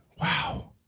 wow